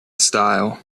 style